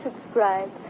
subscribe